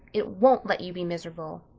it won't let you be miserable.